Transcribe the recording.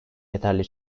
yeterli